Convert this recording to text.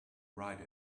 write